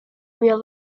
real